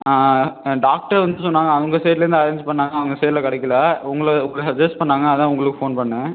ஆ ஆ டாக்டர் வந்து சொன்னாங்க அவங்க சைடிலேருந்து அரேஞ்ச் பண்ணிணாங்க அவங்க சைடில் கிடைக்கல உங்களை உங்களை சஜ்ஜெஸ் பண்ணிணாங்க அதுதான் உங்களுக்கு ஃபோன் பண்ணிணேன்